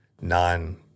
non